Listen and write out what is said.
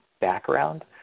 background